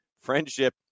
friendship